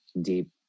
deep